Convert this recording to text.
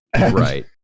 Right